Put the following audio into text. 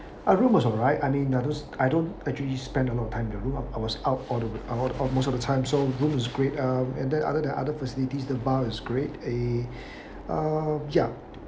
uh room was alright I mean I don't I don't actually spend on a lot time in the room I was out for the I was out of most of the time so room is great uh and then other than other facilities the bar is great eh uh yup